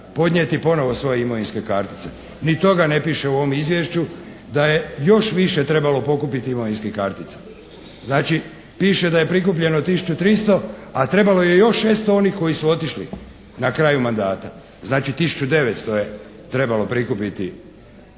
podnijeti ponovo svoje imovinske kartice. Ni toga ne piše u ovom Izvješću da je još više trebalo pokupiti imovinskih kartica. Znači piše da je prikupljeno tisuću 300, a trebalo je još 600 onih koji su otišli na kraju mandata, znači tisuću 900 je trebalo prikupiti